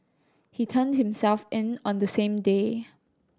he turned himself in on the same day